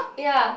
ya